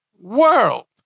world